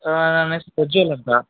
ಹಾಂ ನನ್ನ ಹೆಸ್ರು ಪ್ರಜ್ವಲ್ ಅಂತ